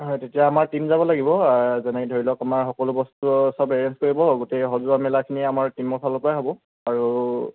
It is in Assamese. হয় তেতিয়া আমাৰ টিম যাব লাগিব যেনেকৈ ধৰি লওক আমাৰ সকলো বস্তু চব এৰেঞ্জ কৰিব গোটেই সজোৱা মেলাখিনি সেই আমাৰ টিমৰফালৰপৰাই হ'ব আৰু